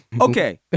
Okay